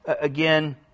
again